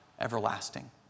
everlasting